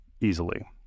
easily